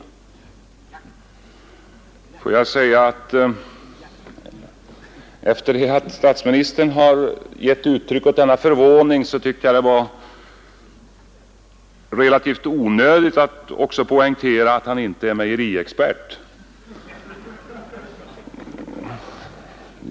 Efter det att statsministern givit uttryck åt denna förvåning var det relativt onödigt att också poängtera att han inte är någon mejeriexpert.